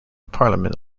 parliament